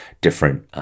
different